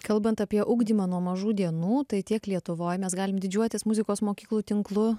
kalbant apie ugdymą mažų dienų tai tiek lietuvoj mes galim didžiuotis muzikos mokyklų tinklu